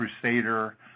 crusader